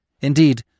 Indeed